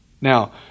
Now